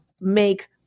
make